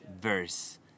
verse